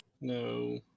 No